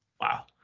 wow